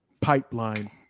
pipeline